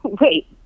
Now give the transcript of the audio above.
wait